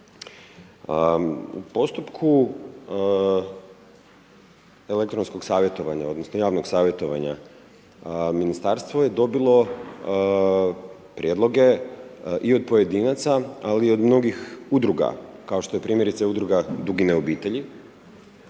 U postupku elektronskog savjetovanja odnosno javnog savjetovanja Ministarstvo je dobilo prijedloge i od pojedinaca, ali i od mnogih udruga, kao što je primjerice udruga Dugine obitelji.